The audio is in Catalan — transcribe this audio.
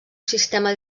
sistema